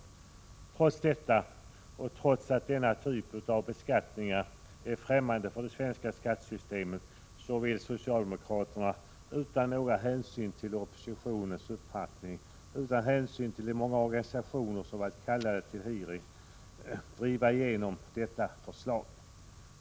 Trots detta och trots att denna typ av beskattning är främmande för det svenska skattesystemet vill socialdemokraterna utan några hänsyn till oppositionens uppfattning, utan hänsyn till de många organisationer som varit kallade till hearings, driva igenom detta förslag.